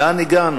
לאן הגענו?